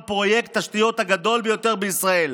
את פרויקט התשתיות הגדול ביותר בישראל,